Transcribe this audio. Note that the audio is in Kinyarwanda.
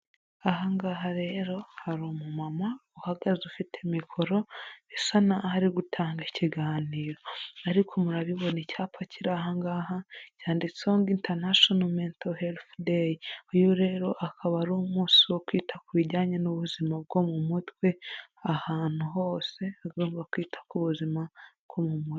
Aha ngaha rero hari umumama uhagaze ufite mikoro, bisa n'aho ari gutanga ikiganiro, ariko murabibona icyapa kiri aha ngaha cyanditseho ngo: "International mental health day." Uyu rero akaba ari umunsi wo kwita ku bijyanye n'ubuzima bwo mu mutwe, ahantu hose bagomba kwita ku buzima bwo mu mutwe.